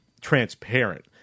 transparent